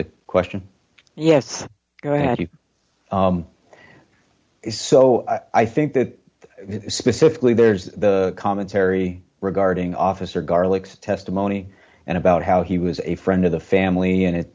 the question yes go ahead so i think that specifically there's the commentary regarding officer garlics testimony and about how he was a friend of the family and it